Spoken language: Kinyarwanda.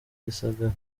gisagara